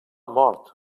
mort